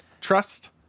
trust